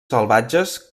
salvatges